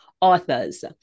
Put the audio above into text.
authors